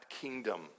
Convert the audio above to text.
kingdom